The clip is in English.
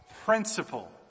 principle